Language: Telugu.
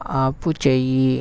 ఆపుచేయి